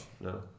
No